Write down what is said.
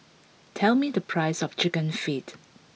tell me the price of Chicken Feet